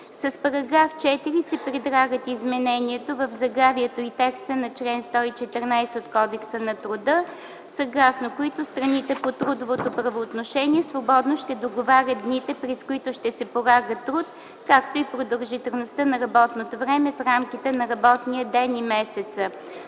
С § 4 се предлагат измененията в заглавието и текста на чл. 114 от Кодекса на труда, съгласно които страните по трудовото правоотношение свободно ще договарят дните, през които ще се полага труд, както и продължителността на работното време в рамките на работния ден и месец.